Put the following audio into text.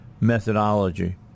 methodology